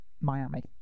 Miami